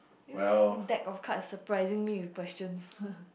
this deck of card is surprising me with questions